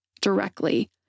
directly